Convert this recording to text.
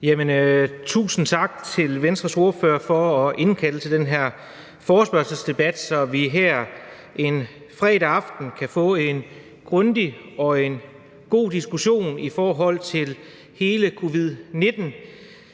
Tusind tak til Venstres ordfører for at indkalde til den her forespørgselsdebat, så vi her en fredag aften kan få en god og grundig diskussion om hele